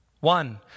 One